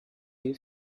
you